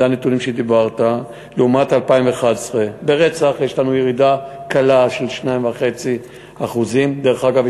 אלה הנתונים שאמרת לעומת 2011. ברצח יש לנו ירידה קלה של 2.5%. דרך אגב,